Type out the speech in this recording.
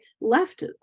left